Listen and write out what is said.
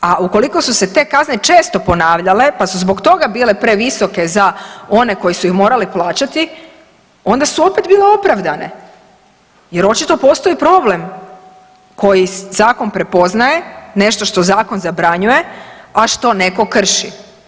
A ukoliko su se te kazne često ponavljale pa su zbog toga bile previsoke za one koji su ih morali plaćati onda su opet bile opravdane jer očito postoji problem koji zakon prepoznaje, nešto što zakon zabranjuje, a što netko krši.